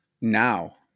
now